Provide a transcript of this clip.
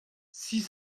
six